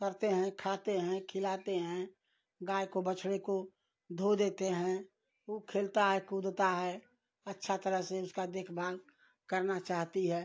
करते हैं खाते हैं खिलाते हैं गाय को बछड़े को धो देते हैं ऊ खेलता है कूदता है अच्छा तरह से उसका देखभाल करना चाहती है